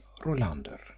Rolander